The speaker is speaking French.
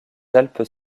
alpes